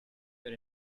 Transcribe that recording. your